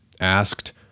asked